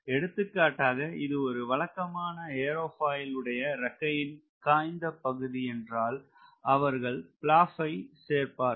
எடுத்துக்காட்டாக இது ஒரு வழக்கமான ஏரோபாயில் உடைய இறக்கையின் காய்ந்த பகுதி என்றால் அவர்கள் பிளாப் ஐ சேர்ப்பார்கள்